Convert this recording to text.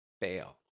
fail